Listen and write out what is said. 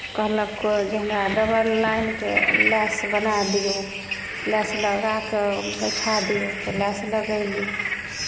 कहलक कोइ जे हमरा डबल लाइनके लैस बना दियौ लैस लगा कऽ बैठा दियौ तऽ लैस लगयली